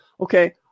Okay